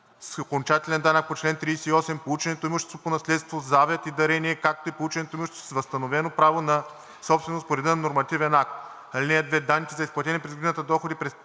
окончателен данък по чл. 38, полученото имущество по наследство, завет и дарение, както и полученото имущество с възстановено право на собственост по реда на нормативен акт; (2) Данните за изплатени през годината доходи,